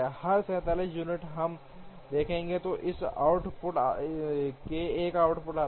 हर 47 unit हम देखेंगे कि एक आउटपुट आता है